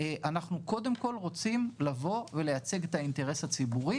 אנחנו קודם כל רוצים לבוא ולייצג את האינטרס הציבורי